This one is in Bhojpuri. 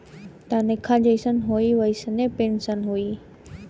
तनखा जइसन होई वइसने पेन्सन होई